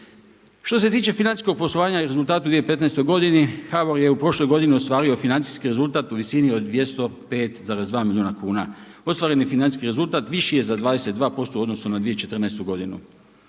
Što se tiče financijskog poslovanja i rezultata u 2015. godini HBOR je u prošloj godini ostvario financijski rezultat u visini od 205,2 milijuna kuna. Ostvareni je financijski rezultat viši je za 22% u odnosu na 2014. godinu.